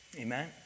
Amen